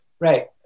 Right